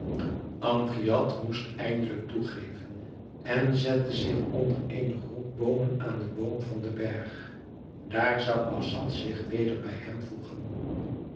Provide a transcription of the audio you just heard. amgiad moest eindelijk toegeven en zette zich onder eene groep boomen aan den voet van den berg daar zou assad zich weder bij hem voegen